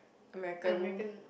American